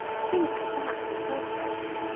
think of that, in the first place!